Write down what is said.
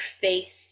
faith